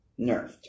nerfed